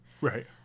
right